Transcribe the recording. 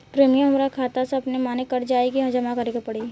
Premium हमरा खाता से अपने माने कट जाई की जमा करे के पड़ी?